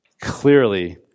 clearly